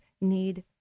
need